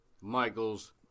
Michaels